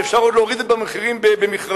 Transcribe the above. ואפשר עוד להוריד את המחירים במכרזים,